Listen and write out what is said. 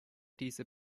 diese